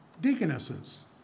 deaconesses